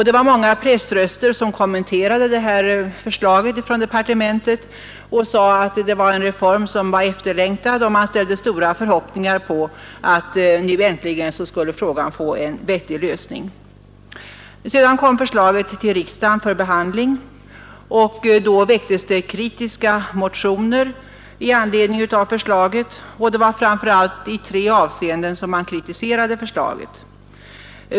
Detta besked från departementet kommenterades av många pressröster, som sade att det var en efterlängtad reform, och man ställde stora förhoppningar på att frågan äntligen skulle få en vettig lösning. Sedan kom frågan till riksdagen för behandling. I samband därmed väcktes kritiska motioner. Det var framför allt i tre avseenden som man 45 kritiserade förslaget.